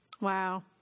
Wow